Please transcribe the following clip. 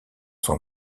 son